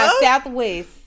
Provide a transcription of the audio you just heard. Southwest